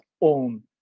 own